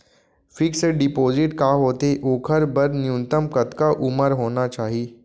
Fix deposit का होथे ओखर बर न्यूनतम कतका उमर होना चाहि?